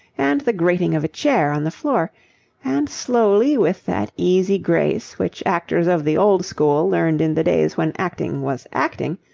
and the grating of a chair on the floor and slowly, with that easy grace which actors of the old school learned in the days when acting was acting,